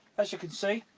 as you can see,